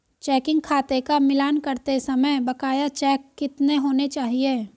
Checking खाते का मिलान करते समय बकाया चेक कितने होने चाहिए?